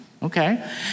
Okay